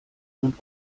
man